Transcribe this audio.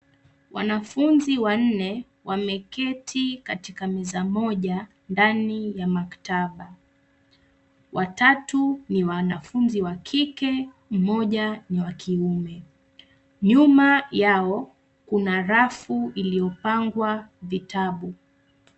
Wanafunzi wanne wameketi katika meza moja ndani ya maktaba. Watatu ni wanafunzi wa kike , mmoja ya kiume. Nyuma yao kuna rafu iliyopangwa vitabu.